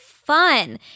fun